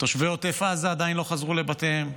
תושבי עוטף עזה עדיין לא חזרו לבתיהם.